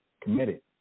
committed